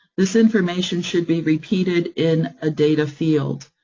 this information should be repeated in a data field,